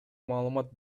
маалымат